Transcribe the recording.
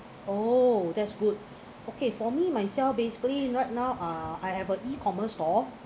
oh that's good okay for me myself basically right now uh I have a E-commerce store